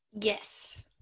Yes